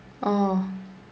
oh